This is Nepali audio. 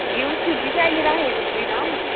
घिउ छुर्पी चाहिँ अहिले राखेको छुइनँ हौ